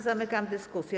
Zamykam dyskusję.